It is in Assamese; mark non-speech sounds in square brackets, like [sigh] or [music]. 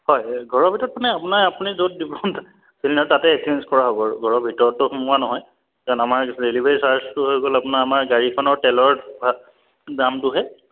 হয় ঘৰৰ ভিতৰত মানে আপোনাৰ আপুনি য'ত দিব তাতে এক্সেঞ্জ কৰা হ'ব আৰু ঘৰৰ ভিতৰতো সোমোৱা নহয় কাৰণ আমাৰ ডেলিভাৰী চাৰ্জটো হৈ গ'ল আপোনাৰ আমাৰ গাড়ীখনৰ তেলৰ [unintelligible] দামটোহে